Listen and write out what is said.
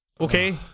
okay